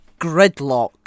Gridlock